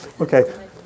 Okay